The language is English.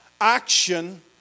action